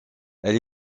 elle